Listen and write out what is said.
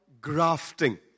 grafting